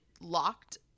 locked